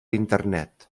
internet